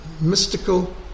mystical